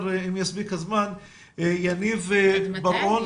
היא עוד יותר עוצמת לנו